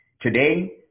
Today